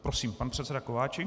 Prosím, pan předseda Kováčik.